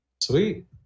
Sweet